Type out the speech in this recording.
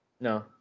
No